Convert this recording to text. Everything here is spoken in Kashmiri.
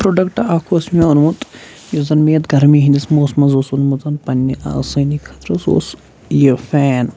پروڈَکٹ اَکھ اوس مےٚ اوٚنمُت یُس زَن مےٚ یَتھ گَرمی ہِنٛدِس موسمَس اوس اوٚنمُت پنٛنہِ آسٲنی خٲطرٕ سُہ اوس یہِ فین